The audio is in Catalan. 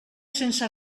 sense